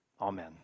Amen